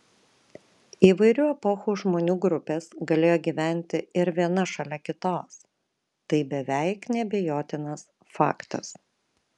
įvairių epochų žmonių grupės galėjo gyventi ir viena šalia kitos tai beveik neabejotinas faktas